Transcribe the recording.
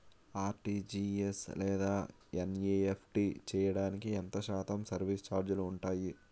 RTGS లేదా NEFT చేయడానికి ఎంత శాతం సర్విస్ ఛార్జీలు ఉంటాయి?